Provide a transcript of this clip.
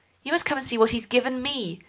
you must come and see what he's given me,